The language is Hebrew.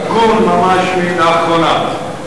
רק עדכון, ממש לאחרונה.